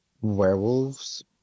werewolves